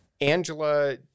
Angela